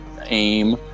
aim